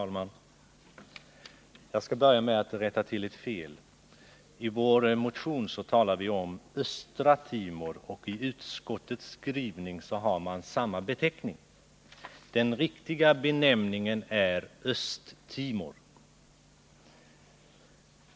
Fru talman! Jag skall börja med att rätta till ett fel. I vår motion talar vi om Östra Timor, och i utskottets skrivning har man samma beteckning. Den riktiga benämningen är Östtimor.